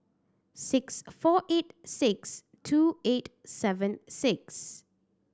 six four eight six two eight seven six